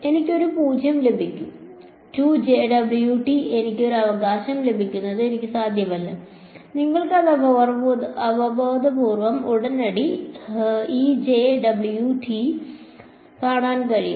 എനിക്ക് ഒരു 0 ലഭിക്കും എനിക്ക് ഒരു അവകാശം ലഭിക്കുന്നത് എനിക്ക് സാധ്യമല്ല നിങ്ങൾക്ക് അത് അവബോധപൂർവ്വം ഉടനടി കാണാൻ കഴിയും